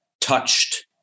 touched